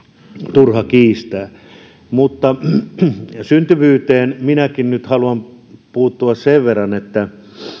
turha kiistää syntyvyyteen minäkin nyt haluan puuttua sen verran että